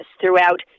throughout